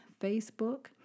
Facebook